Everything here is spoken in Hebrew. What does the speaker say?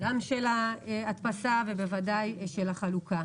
גם של ההדפסה ובוודאי של החלוקה.